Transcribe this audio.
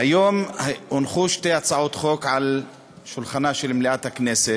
היום הונחו שתי הצעות חוק על שולחנה של מליאת הכנסת: